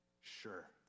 Sure